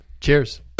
Cheers